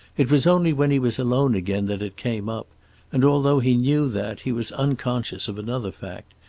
it was only when he was alone again that it came up and although he knew that, he was unconscious of another fact,